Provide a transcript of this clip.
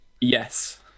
Yes